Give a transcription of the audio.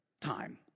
time